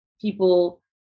people